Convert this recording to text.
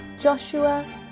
Joshua